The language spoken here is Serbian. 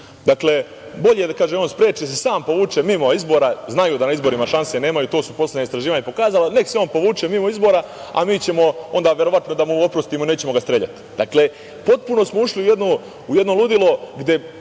Čaušesku. Bolje da on spreči, da se sam povuče mimo izbora. Znaju da na izborima šanse nemaju, to su poslednja istraživanja pokazala. Neka se on povuče mimo izbora, a mi ćemo onda verovatno da mu oprostimo, nećemo ga streljati. Dakle, potpuno smo ušli u jedno ludilo gde